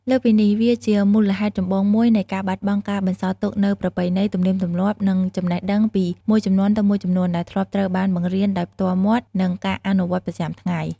លើសពីនេះ វាជាមូលហេតុចម្បងមួយនៃការបាត់បង់ការបន្សល់ទុកនូវប្រពៃណី ទំនៀមទម្លាប់ និងចំណេះដឹងពីមួយជំនាន់ទៅមួយជំនាន់ ដែលធ្លាប់ត្រូវបានបង្រៀនដោយផ្ទាល់មាត់ និងការអនុវត្តប្រចាំថ្ងៃ។